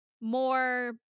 more